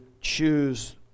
choose